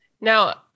Now